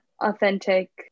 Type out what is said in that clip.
authentic